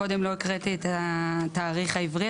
מקודם לא הקראתי את התאריך העברי,